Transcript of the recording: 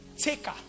taker